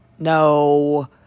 No